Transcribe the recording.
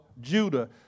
Judah